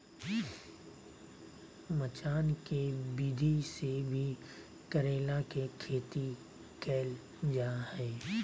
मचान के विधि से भी करेला के खेती कैल जा हय